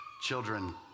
Children